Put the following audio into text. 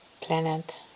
planet